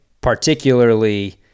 particularly